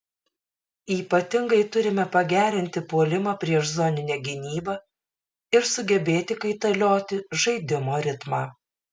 ypatingai turime pagerinti puolimą prieš zoninę gynybą ir sugebėti kaitalioti žaidimo ritmą